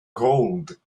gold